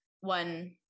one